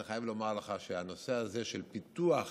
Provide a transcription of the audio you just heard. אני חייב לומר לך שהנושא הזה של פיתוח